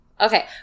okay